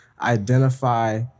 identify